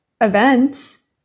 events